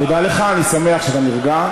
תודה לך, אני שמח שאתה נרגע.